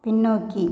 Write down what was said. பின்னோக்கி